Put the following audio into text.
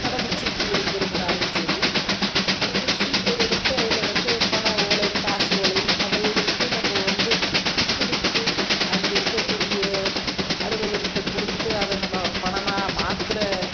கடவுசீட்டு எடுக்கிறதுனாலும் சரி இப்போ ஒரு சீட்டை எடுத்து அதில் வந்து பணஓலை காசோலை அதை எடுத்து நம்ப வந்து கொடுத்து அங்கே இருக்க கூடிய அலுவலர்கிட்ட கொடுத்து அதை நம்ம பணமாக மாற்றுர